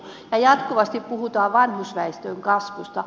ja jatkuvasti puhutaan vanhusväestön kasvusta